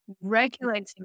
regulating